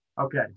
Okay